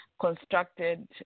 constructed